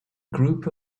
group